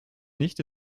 nicht